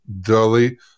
dully